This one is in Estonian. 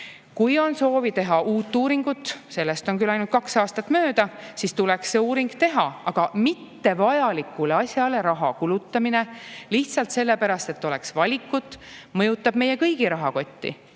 Kui on soovi teha uus uuring – sellest [eelmisest] on küll ainult kaks aastat möödas –, siis tuleks see uuring teha. Aga mittevajalikule asjale raha kulutamine lihtsalt sellepärast, et oleks valikut, mõjutab meie kõigi rahakotti.